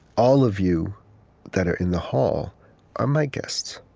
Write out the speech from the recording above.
all of you that are in the hall are my guests.